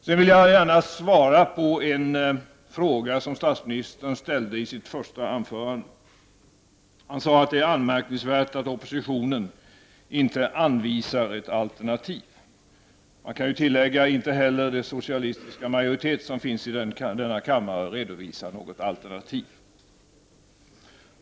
Jag vill gärna svara på en fråga som statsministern ställde i sitt inledningsanförande. Han sade att det är anmärkningsvärt att oppositionen inte anvisar ett alternativ. Man kan tillägga att den socialistiska majoritet som finns i denna kammare inte heller redovisar något alternativ.